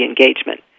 engagement